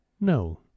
No